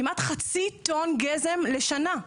כמעט חצי טון גזם לשנה,